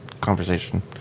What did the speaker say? conversation